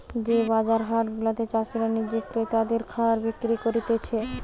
যে বাজার হাট গুলাতে চাষীরা নিজে ক্রেতাদের খাবার বিক্রি করতিছে